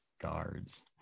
guards